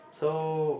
so